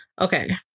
Okay